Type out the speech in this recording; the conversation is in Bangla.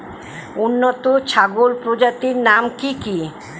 উন্নত ছাগল প্রজাতির নাম কি কি?